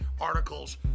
articles